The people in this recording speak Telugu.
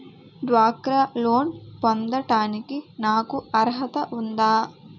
డ్వాక్రా లోన్ పొందటానికి నాకు అర్హత ఉందా?